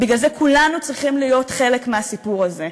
בגלל זה כולנו צריכים להיות חלק מהסיפור הזה.